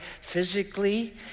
physically